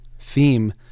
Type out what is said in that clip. theme